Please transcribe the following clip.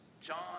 John